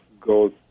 go